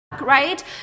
right